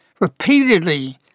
repeatedly